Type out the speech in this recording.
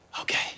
okay